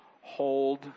hold